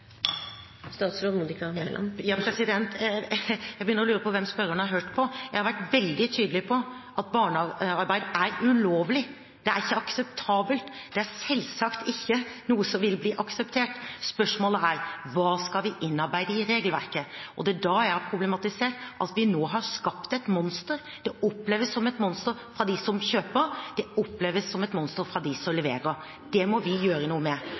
Jeg begynner å lure på hvem spørreren har hørt på. Jeg har vært veldig tydelig på at barnearbeid er ulovlig, det er ikke akseptabelt, det er selvsagt ikke noe som vil bli akseptert. Spørsmålet er hva vi skal innarbeide i regelverket. Det er da jeg har problematisert at vi nå har skapt et monster. Det oppleves som et monster for dem som kjøper, det oppleves som et monster for dem som leverer. Det må vi gjøre noe med.